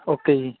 okay ਜੀ